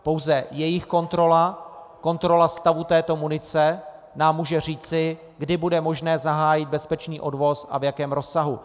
Pouze jejich kontrola, kontrola stavu této munice nám může říci, kdy bude možné zahájit bezpečný odvoz a v jakém rozsahu.